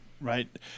right